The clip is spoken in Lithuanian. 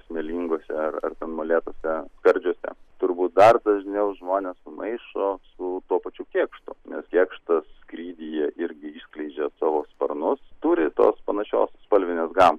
smėlinguose ar ten molėtuose skardžiuose turbūt dar dažniau žmonės sumaišo su tuo pačiu kėkštu nes kėkštas skrydyje irgi išskleidžia savo sparnus turi tos panašios spalvinės gamos